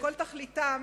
שכל תכליתם